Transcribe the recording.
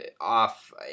off